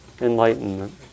Enlightenment